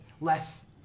less